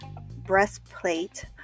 breastplate